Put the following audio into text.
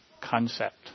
concept